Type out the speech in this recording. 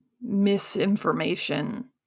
misinformation